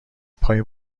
پای